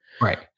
Right